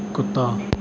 ਕੁੱਤਾ